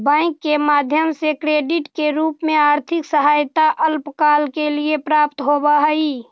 bank के माध्यम से क्रेडिट के रूप में आर्थिक सहायता अल्पकाल के लिए प्राप्त होवऽ हई